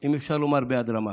אם אפשר לומר, ביד רמה.